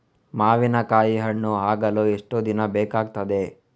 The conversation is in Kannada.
ಮಾವಿನಕಾಯಿ ಹಣ್ಣು ಆಗಲು ಎಷ್ಟು ದಿನ ಬೇಕಗ್ತಾದೆ?